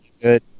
good